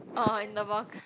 orh in the balc~